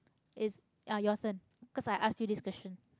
it's ah your turn 'cause i asked you this question